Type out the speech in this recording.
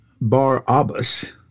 Bar-Abbas